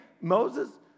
Moses